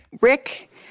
Rick